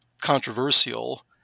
controversial